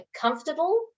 comfortable